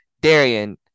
Darian